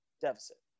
Deficit